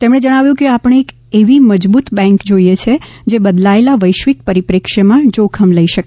તેમણે જણાવ્યું હતું કે આપણે એવી મજબૂત બેંક જોઈએ છે જે બદલાયેલા વૈશ્વિક પરિપ્રેક્ષ્યમાં જોખમ લઈ શકે